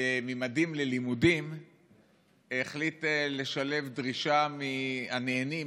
ממדים ללימודים דרישה מהנהנים,